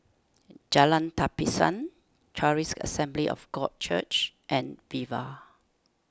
Jalan Tapisan Charis Assembly of God Church and Viva